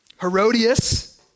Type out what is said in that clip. Herodias